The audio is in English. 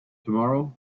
tomorrow